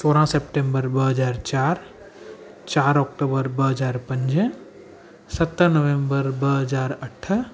सौरहं September ॿ हज़ार चारि चारि ऑक्टूबर ॿ हज़ार पंज सत नवैम्बर ॿ हज़ार अठ